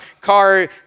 car